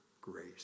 grace